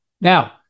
Now